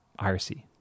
IRC